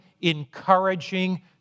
encouraging